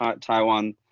Taiwan